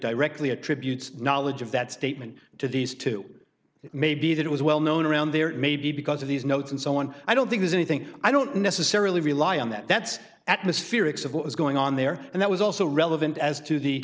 directly attributes knowledge of that statement to these two it may be that it was well known around there maybe because of these notes and so on i don't think there's anything i don't necessarily rely on that that's atmospherics of what was going on there and that was also relevant as to the